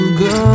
go